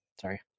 Sorry